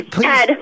Please